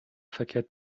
verkehrt